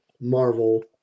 Marvel